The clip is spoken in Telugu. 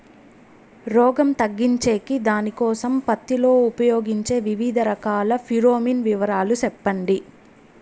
రోగం తగ్గించేకి దానికోసం పత్తి లో ఉపయోగించే వివిధ రకాల ఫిరోమిన్ వివరాలు సెప్పండి